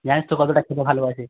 জানিস তো কতটা খেতে ভালোবাসে